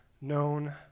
known